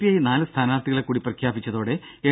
I നാല് സ്ഥാനാർത്ഥികളെകൂടി പ്രഖ്യാപിച്ചതോടെ എൽ